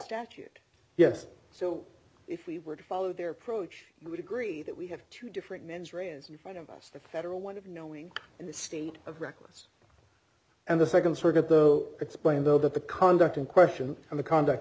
statute yes so if we were to follow their approach we would agree that we have two different mens rea as you find of us the federal one of knowing in the state of reckless and the nd circuit though explain though that the conduct in question and the conduct